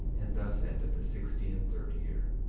and thus ended the sixty and third year.